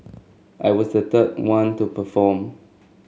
I was the third one to perform